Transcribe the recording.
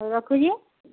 ହଉ ରଖୁଛି